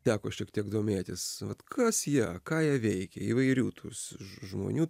teko šiek tiek domėtis vat kas jie ką jie veikė įvairių tų žmonių